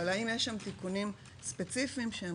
אבל האם יש שם תיקונים ספציפיים שהם